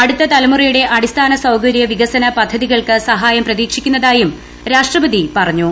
അടുത്ത തലമുറയുടെ അടിസ്ഥാന സൌകര്യ പ്രിക്ക്സന പദ്ധതികൾക്ക് സഹായം പ്രതീക്ഷിക്കുന്നതായും രീഷ്ട്ര്ട്പതി പറഞ്ഞു